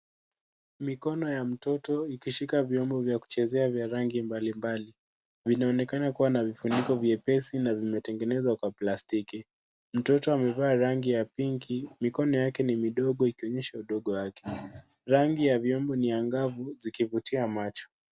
Mikono ya mtoto ikishika vyombo vya kuchezea vya rangi mbali mbali vinaonekana kuwa na vifuniko vyepesi na vimetengenezwa kwa plastiki. Mtoto amevaa rangi ya pink mikono yake ni midogo ikionyesha udogo wake rangi ya vyombo ni angavu zikivutia macho.